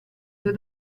due